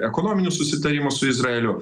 ekonominių susitarimų su izraeliu